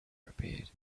appeared